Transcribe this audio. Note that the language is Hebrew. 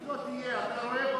היא לא תהיה, אתה רואה במציאות.